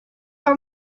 our